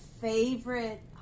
favorite